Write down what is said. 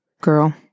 Girl